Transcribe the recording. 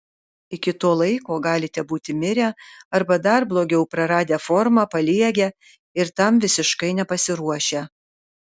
iki to laiko galite būti mirę arba dar blogiau praradę formą paliegę ir tam visiškai nepasiruošę